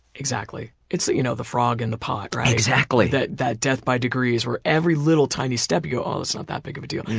exactly. it's the you know the frog in the pot, right. exactly. that that death by degrees. every little tiny step you go oh that's not that big of a deal.